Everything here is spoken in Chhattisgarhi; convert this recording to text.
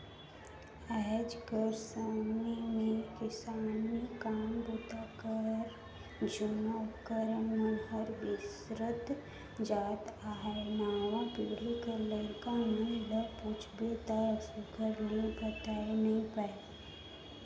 आएज कर समे मे किसानी काम बूता कर जूना उपकरन मन हर बिसरत जात अहे नावा पीढ़ी कर लरिका मन ल पूछबे ता सुग्घर ले बताए नी पाए